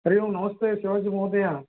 हरि ओं नमस्ते शिवाजि महोदय